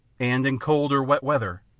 and, in cold or wet weather,